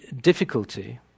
difficulty